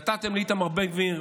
נתתם לאיתמר בן גביר,